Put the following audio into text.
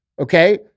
Okay